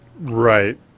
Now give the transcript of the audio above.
Right